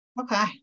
okay